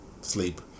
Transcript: sleep